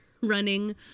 running